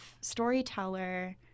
storyteller –